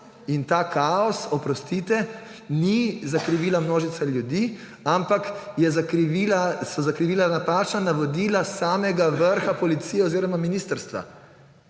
ta kaos, oprostite, ni zakrivila množica ljudi, ampak so zakrivila napačna navodila samega vrha policije oziroma ministrstva,